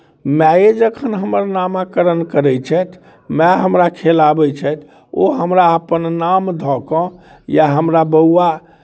माये जखन हमर नामकरण करैत छथि माय हमरा खेलाबैत छथि ओ हमरा अपन नाम धऽ कऽ या हमरा बौआ